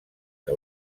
que